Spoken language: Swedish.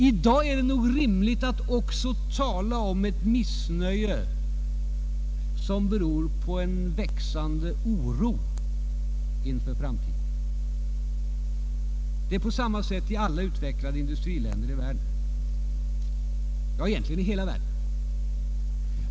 I dag är det rimligt att också tala om ett missnöje som beror på en växande oro inför framtiden. Likadant förhåller det sig i alla utvecklade industriläner — ja, egentligen i hela världen.